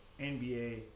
NBA